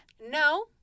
No